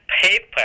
paper